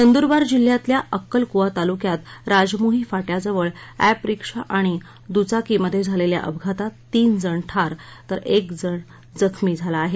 नंदुरबार जिल्ह्यातल्या अक्कलकुवा तालुक्यात राजमोही फाट्याजवळ अँपरिक्षा आणि दुचाकीमध्ये झालेल्या अपघातात तीन जण ठार एक गंभीर जखमी झाला आहे